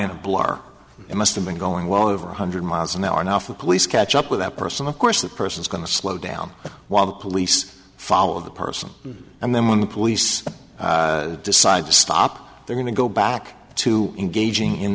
a blur i must have been going well over one hundred miles an hour now if the police catch up with that person of course that person is going to slow down while the police follow the person and then when the police decide to stop they're going to go back to engaging in